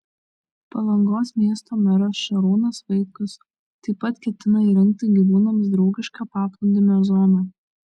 palangos miesto meras šarūnas vaitkus taip pat ketina įrengti gyvūnams draugišką paplūdimio zoną